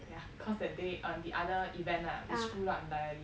yeah cause that day on the other event ah we screwed up entirely